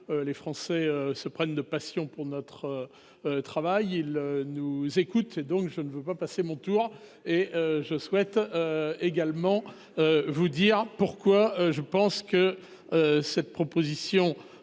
les Français se prennent de passion pour notre travail. Ils nous écoutent et je ne veux donc pas passer mon tour ! Je souhaite donc également vous dire pourquoi cette proposition